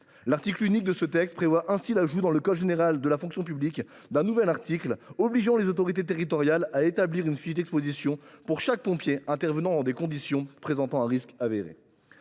L’article unique de ce texte prévoit d’ajouter dans le code général de la fonction publique un nouvel article contraignant les autorités territoriales à établir une fiche d’exposition pour chaque pompier intervenant dans des conditions présentant un risque avéré.